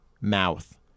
mouth